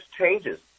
changes